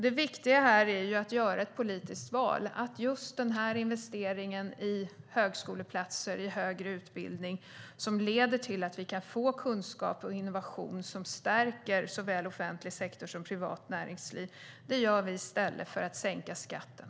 Det viktiga här är att göra ett politiskt val. Just den här investeringen i högskoleplatser, i högre utbildning, leder till att vi kan få kunskap och innovation som stärker såväl offentlig sektor som privat näringsliv. Detta gör vi i stället för att sänka skatten.